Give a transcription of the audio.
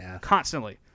constantly